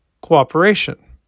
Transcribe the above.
cooperation